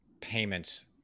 payments